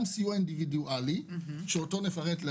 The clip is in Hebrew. סיוע כספי אינדיבידואלי שאותו נפרט: